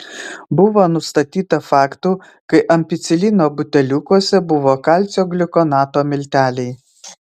buvo nustatyta faktų kai ampicilino buteliukuose buvo kalcio gliukonato milteliai